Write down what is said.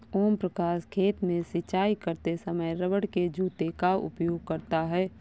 ओम प्रकाश खेत में सिंचाई करते समय रबड़ के जूते का उपयोग करता है